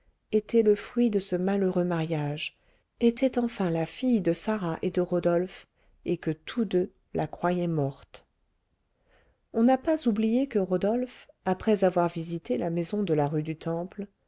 était le fruit de ce malheureux mariage était enfin la fille de sarah et de rodolphe et que tous deux la croyaient morte on n'a pas oublié que rodolphe après avoir visité la maison de la rue du temple